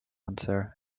answer